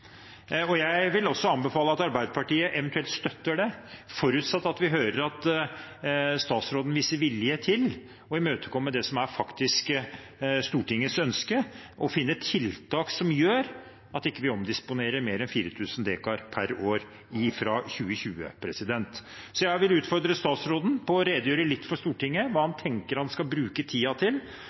jeg synes er interessant. Jeg vil anbefale at også Arbeiderpartiet eventuelt støtter det, forutsatt at vi hører at statsråden viser vilje til å imøtekomme det som er Stortingets ønske: å finne tiltak som gjør at vi ikke omdisponerer mer enn 4 000 dekar per år fra 2020. Jeg vil utfordre statsråden til å redegjøre litt for Stortinget om hva han tenker han skal bruke tiden til